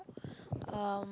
um